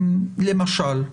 למשל.